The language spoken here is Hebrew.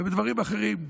ובדברים אחרים,